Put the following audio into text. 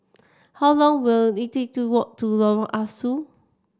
how long will it take to walk to Lorong Ah Soo